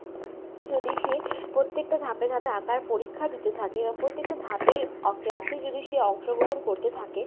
যদি সে প্রত্যেকটা ধাপে ধাপে আঁকার পরীক্ষা দিতে থাকে এবং প্রত্যেকটা ধাপে ক্লাসে যদি সে অংশগ্রহণ করতে থাকে